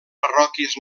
parròquies